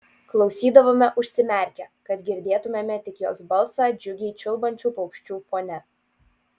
klausydavome užsimerkę kad girdėtumėme tik jos balsą džiugiai čiulbančių paukščių fone